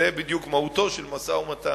זו בדיוק מהותו של משא-ומתן,